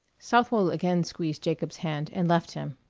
southwold again squeezed jacob's hand, and left him.